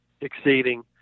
exceeding